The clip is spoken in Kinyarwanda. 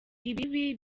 ibibi